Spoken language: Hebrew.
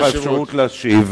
יש לך אפשרות להשיב,